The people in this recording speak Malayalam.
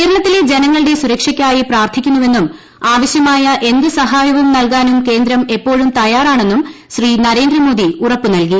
കേരളത്തില്ലെ ജനങ്ങളുടെ സുരക്ഷയ്ക്കായി പ്രാർത്ഥിക്കുന്നുവെന്നും ആവശ്യമായ എന്ത് സഹായവും നൽകാനും കേന്ദ്രം എപ്പോഴ്ചുർ തയ്യാറാണെന്നും ശ്രീ നരേന്ദ്രമോദി നൽകി